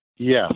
Yes